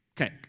Okay